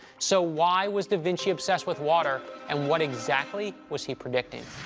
so why was da vinci obsessed with water, and what exactly was he predicting?